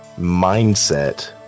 mindset